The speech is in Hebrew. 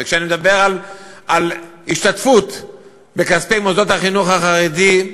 וכשאני מדבר על השתתפות בכספי מוסדות החינוך החרדי,